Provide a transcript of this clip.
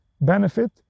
benefit